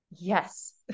yes